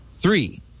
Three